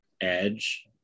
edge